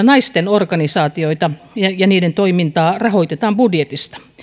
naisten organisaatioita ja ja niiden toimintaa rahoitetaan budjetista